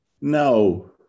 No